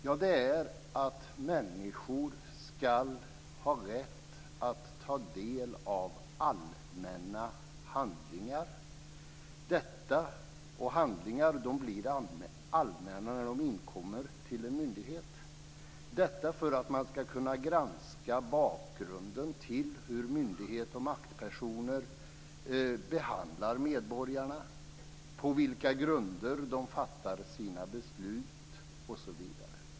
Jo, det är att människor ska ha rätt att ta del av allmänna handlingar. Handlingar blir allmänna när de inkommer till en myndighet, detta för att man ska kunna granska bakgrunden till hur myndigheter och maktpersoner behandlar medborgarna och på vilka grunder de fattar sina beslut.